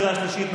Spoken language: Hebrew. קריאה שלישית,